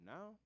Now